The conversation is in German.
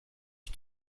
die